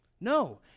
No